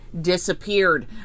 disappeared